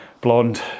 blonde